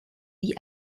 wie